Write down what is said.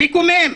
מקומם.